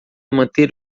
manter